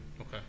okay